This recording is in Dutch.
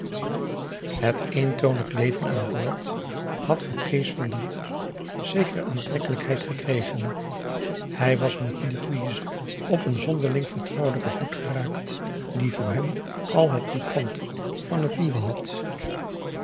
het eentonig leven aan boord had voor kees van den broek zekere aantrekkelijkheid gekregen hij was met louise op een zonderling vertrouwelijken voet geraakt die voor hem al het pikante van het nieuwe had